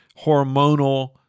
hormonal